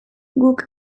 guk